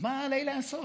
אז מה עליי לעשות?